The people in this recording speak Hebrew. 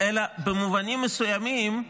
אלא במובנים מסוימים,